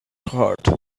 heart